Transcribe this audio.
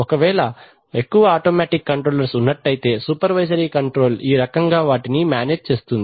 ఒకవేళ ఎక్కువ automatic controllers ఉన్నట్లయితే సూపర్వైజరీ కంట్రోల్ ఈ రకంగా వాటిని మేనేజ్ చేస్తోంది